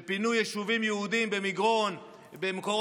בפינוי יישובים יהודיים במגרון ובמקומות